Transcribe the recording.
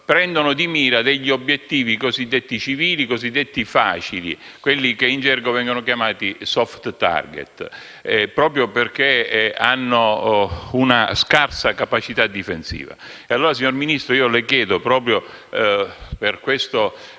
prendono di mira obiettivi cosiddetti civili e facili, quelli che in gergo vengono chiamati *soft target*, proprio perché aventi una scarsa capacità difensiva.